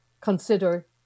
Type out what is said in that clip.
consider